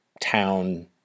town